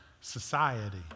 society